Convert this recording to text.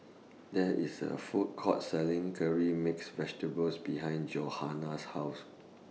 There IS A Food Court Selling Curry Mixed Vegetables behind Johannah's House